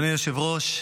אדוני היושב-ראש,